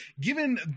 given